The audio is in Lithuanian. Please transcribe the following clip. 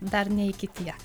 dar ne iki tiek